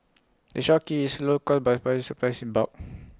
the shop keeps its local by buying its supplies in bulk